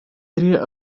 area